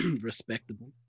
Respectable